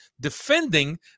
defending